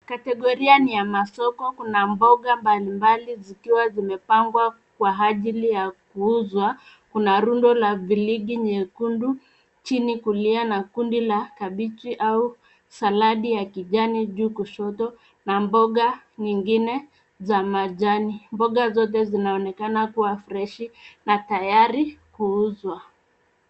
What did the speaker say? Kategoria ni ya masoko. Kuna mboga mbalimbali zikiwa zimepangwa kwa ajili ya kuuzwa. Kuna rundo la viligi nyekundu chini kulia na kundi la kabeji au saladi ya kijani juu kushoto na mboga nyingine za majani. Mboga zote zinaonekana kuwa freshi na tayari kuuzwa.